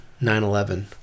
9-11